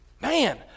Man